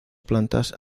plantas